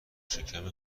شکم